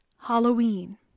Halloween